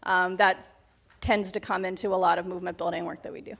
that tends to come into a lot of movement building work that we do